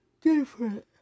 different